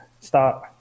start